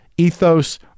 ethos